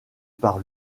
par